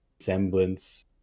semblance